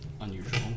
unusual